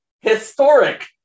Historic